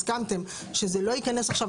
הזכרתם שזה לא ייכנס עכשיו,